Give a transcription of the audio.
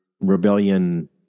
rebellion